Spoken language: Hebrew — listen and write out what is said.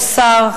השר,